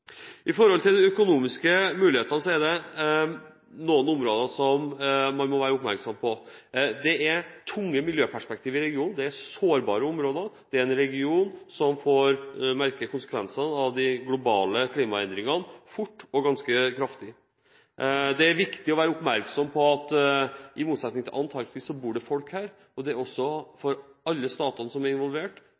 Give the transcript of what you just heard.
de økonomiske mulighetene, er det noen områder man må være oppmerksom på. Det er tunge miljøperspektiver i regionen. Det er sårbare områder. Det er en region som fort og ganske kraftig får merke konsekvensene av de globale klimaendringene. Det er viktig å være oppmerksom på at det – i motsetning til i Antarktis – bor folk her, og det er også i alle statene som er involvert,